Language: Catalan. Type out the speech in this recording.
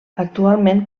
actualment